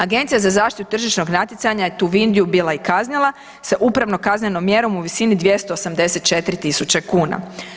Agencija za zaštitu tržišnog natjecanja je tu Vindiju bila i kaznila sa upravnom kaznenom mjerom u visini 284 000 kuna.